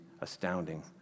astounding